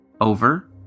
over